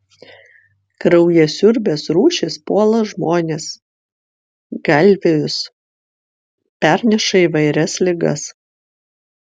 kraujasiurbės rūšys puola žmones galvijus perneša įvairias ligas